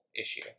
issue